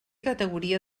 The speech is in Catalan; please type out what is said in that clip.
categoria